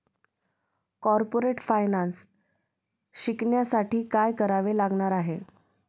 Corporate finance शिकण्यासाठी काय करावे लागणार आहे?